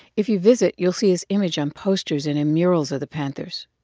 if you visit, you'll see his image on posters and in murals of the panthers.